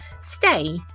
stay